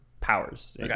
powers